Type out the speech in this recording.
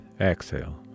exhale